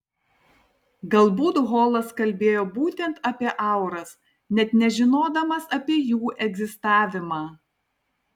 galbūt holas kalbėjo būtent apie auras net nežinodamas apie jų egzistavimą